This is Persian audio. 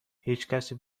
هیچکسی